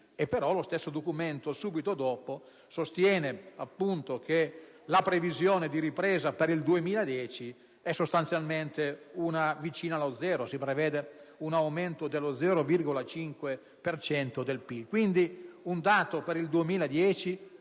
ma nello stesso Documento, subito dopo, si sostiene che la previsione di ripresa per il 2010 è sostanzialmente vicina allo zero: è previsto un aumento del prodotto